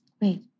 Wait